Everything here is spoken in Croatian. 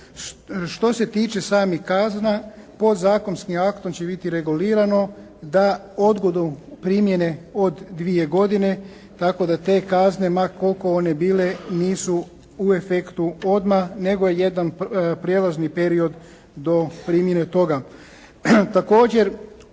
Što se tiče samih kazna podzakonskim aktom će biti regulirano da odgodom primjene od dvije godine tako da te kazne ma koliko one bile nisu u efektu odmah, nego jedan prijelazni period do primjene toga.